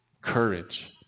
courage